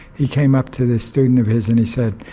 he came up to this student of his and he said,